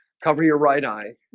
cover your right eye